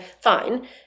fine